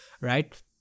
right